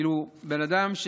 כאילו בן אדם,